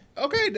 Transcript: Okay